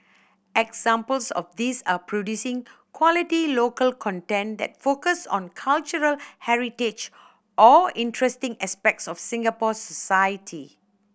examples of these are producing quality local content that focus on cultural heritage or interesting aspects of Singapore society